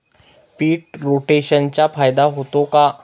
पीक रोटेशनचा फायदा होतो का?